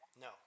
No